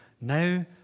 Now